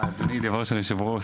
אדוני כבוד היושב-ראש,